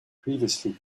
previously